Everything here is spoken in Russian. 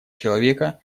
человека